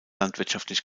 landwirtschaftlich